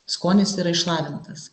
skonis yra išlavintas